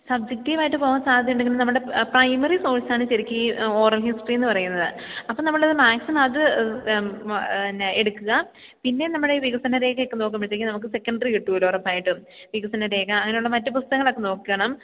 സബ്ജെക്റ്റീവായിട്ട് പോവാന് സാധ്യതയുണ്ടെങ്കിലും നമ്മുടെ പ്രൈമറി സോഴ്സാണ് ശരിക്കും ഈ ഓറൽ ഹിസ്ട്രീ എന്ന് പറയുന്നത് അപ്പം നമ്മൾ മാക്സിമം അത് പിന്നെ എടുക്കുക പിന്നെ നമ്മുടെ ഈ വികസന രേഖയൊക്കെ നോക്കുമ്പോഴത്തേക്കും നമുക്ക് സെക്കണ്ട്രി കിട്ടുമല്ലോ ഉറപ്പായിട്ടും വികസനരേഖ അങ്ങനെയുള്ള മറ്റ് പുസ്തകങ്ങളൊക്കെ നോക്കണം